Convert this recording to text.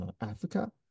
Africa